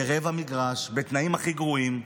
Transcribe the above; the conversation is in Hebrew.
ברבע מגרש, בתנאים הכי גרועים,